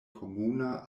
komuna